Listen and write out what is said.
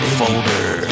folder